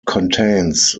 contains